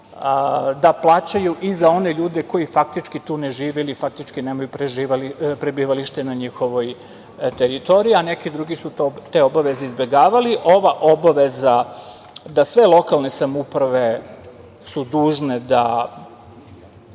da plaćaju i za one ljude koji faktički tu ne žive ili faktički nemaju prebivalište na njihovoj teritoriji, a neki drugi su te obaveze izbegavali. Ova obaveza da sve lokalne samouprave su dužne da